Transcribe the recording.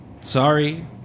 Sorry